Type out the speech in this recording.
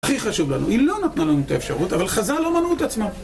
הכי חשוב לנו, היא לא נתנה לנו את האפשרות, אבל חזה לא מנעו את עצמו.